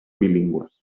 bilingües